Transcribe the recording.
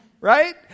Right